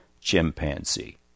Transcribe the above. chimpanzee